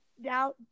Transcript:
now